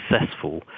successful